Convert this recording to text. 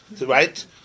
right